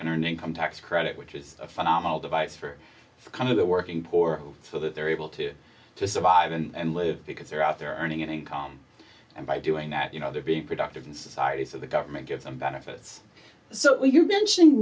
like an earned income tax credit which is a phenomenal device for kind of the working poor so that they're able to to survive and live because they're out there earning an income and by doing that you know they're being productive in society so the government gives them benefits so you mention